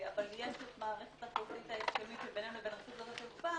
אבל יש המערכת ההסכמית בינינו לבין רשות שדות התעופה